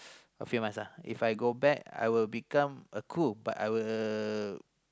afraid myself If I go back I will become a crew but I will